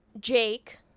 Jake